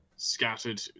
scattered